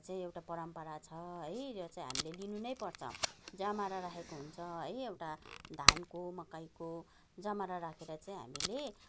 चाहिँ एउटा परम्परा छ है यो चाहिँ हामीले लिनु नै पर्छ जमारा राखेको हुन्छ है एउटा धानको मकैको जमारा राखेर चाहिँ हामीले